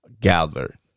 gather